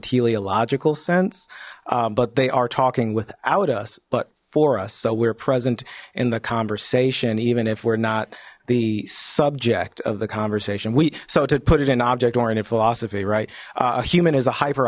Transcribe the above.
sense but they are talking without us but for us so we're present in the conversation even if we're not the subject of the conversation we so to put it in object oriented philosophy right a human is a hyper